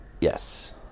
Yes